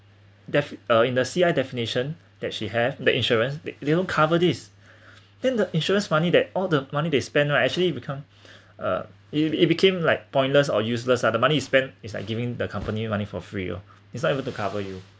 deaf~ uh in the C_I definition that she have the insurance they don't cover these then the insurance money that all the money they spend right actually become uh it it became like pointless or useless lah the money he spent is like giving the company money for free loh is not able to cover you